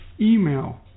email